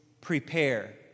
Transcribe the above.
prepare